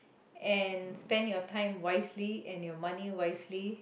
and spend your time wisely and your money wisely